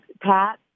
Pat